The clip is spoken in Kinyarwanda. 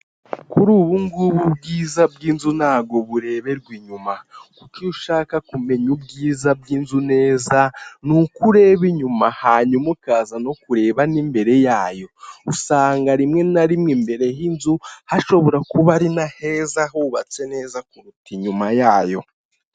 Kuri ubu ngubu ubwiza bw'inzu ntabwo bureberwa inyuma kuko iyo ushaka kumenya ubwiza bw'inzu neza, ni uko ureba inyuma hanyuma ukaza no kureba n'imbere yayo, usanga rimwe na rimwe imbere y'inzu hashobora kuba ari na heza hubatse neza kuruta inyuma yayo.